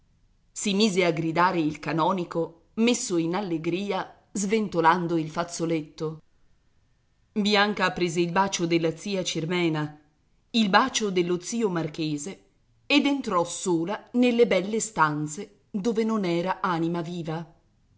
si mise a gridare il canonico messo in allegria sventolando il fazzoletto bianca prese il bacio della zia cirmena il bacio dello zio marchese ed entrò sola nelle belle stanze dove non era anima viva